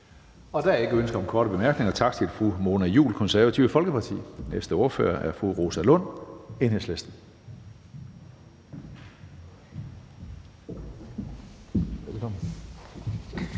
Der er ingen ønsker om korte bemærkninger. Tak til fru Mona Juul, Det Konservative Folkeparti. Næste ordfører er fru Rosa Lund, Enhedslisten.